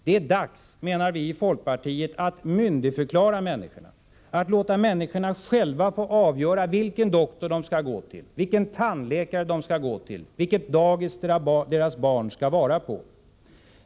Det är dags, menar vi i folkpartiet, att myndigförklara människorna, att låta människorna själva få avgöra vilken doktor de skall gå till, vilken tandläkare de skall gå till, vilket dagis deras barn skall vara på.